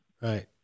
Right